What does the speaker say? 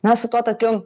na su tuo tokiu